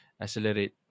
accelerate